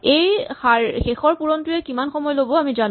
এই শেষৰ পূৰণটোৱে কিমান সময় ল'ব আমি জানো